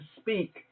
speak